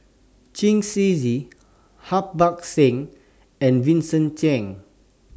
Chen Shiji Harbans Singh and Vincent Cheng